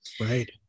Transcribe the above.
Right